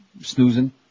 snoozing